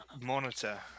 Monitor